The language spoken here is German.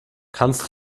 kannst